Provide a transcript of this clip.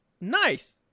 Nice